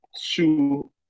shoe